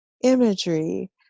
imagery